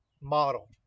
model